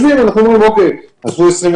אבל לא תמיד זה השיקול היחיד שמנחה אותנו.